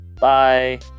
Bye